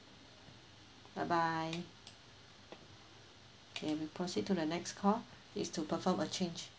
bye bye okay we proceed to the next call it's to perform a change